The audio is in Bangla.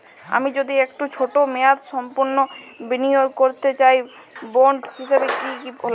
আমি যদি একটু ছোট মেয়াদসম্পন্ন বিনিয়োগ করতে চাই বন্ড হিসেবে কী কী লাগবে?